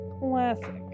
Classic